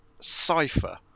cipher